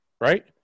right